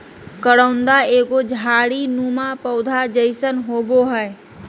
करोंदा एगो झाड़ी नुमा पौधा जैसन होबो हइ